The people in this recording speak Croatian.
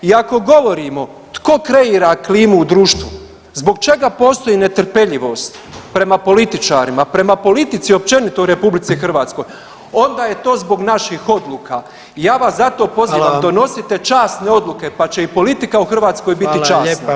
I ako govorimo tko kreira klimu u društvu, zbog čega postoji netrpeljivost prema političarima, prema politici općenito u Republici Hrvatskoj onda je to zbog naših odluka i ja vas zato pozivam donosite časne odluke, pa će i politika u Hrvatskoj biti časna.